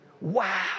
Wow